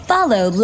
Follow